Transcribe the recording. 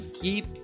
keep